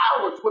hours